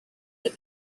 that